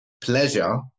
pleasure